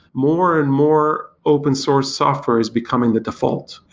more and more open source software is becoming the default.